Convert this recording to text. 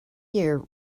year